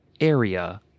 area